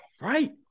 Right